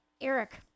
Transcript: Eric